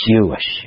Jewish